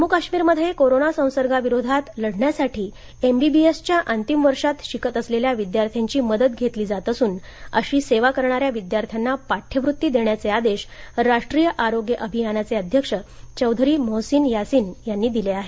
जम्मू काश्मीरमध्ये कोरोना संसर्गाविरोधात लढण्यासाठी एमबीबीएस च्या अंतिम वर्षात शिकत असलेल्या विद्यार्थ्यांची मदत घेतली जात असून अशी सेवा करणाऱ्या विद्यार्थ्यांना पाठ्यवृत्ती देण्याचे आदेश राष्ट्रीय आरोग्य अभियानाचे अध्यक्ष चौधरी मोहसीन यासीन यांनी दिले आहेत